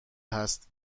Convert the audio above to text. هست